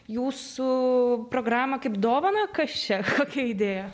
jūsų programą kaip dovaną kas čia kokia idėja